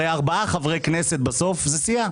הרי ארבעה חברי כנסת, בסוף זאת סיעה.